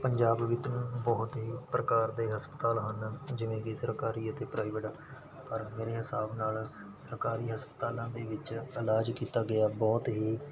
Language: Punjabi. ਪੰਜਾਬ ਵਿੱਚ ਬਹੁਤ ਹੀ ਪ੍ਰਕਾਰ ਦੇ ਹਸਪਤਾਲ ਹਨ ਜਿਵੇਂ ਕਿ ਸਰਕਾਰੀ ਅਤੇ ਪ੍ਰਾਈਵੇਟ ਪਰ ਮੇਰੇ ਹਿਸਾਬ ਨਾਲ਼ ਸਰਕਾਰੀ ਹਸਪਤਾਲਾਂ ਦੇ ਵਿੱਚ ਇਲਾਜ ਕੀਤਾ ਗਿਆ ਬਹੁਤ ਹੀ